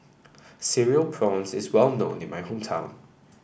Cereal Prawns is well known in my hometown